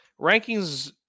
rankings